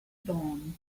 dawn